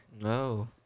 No